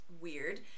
weird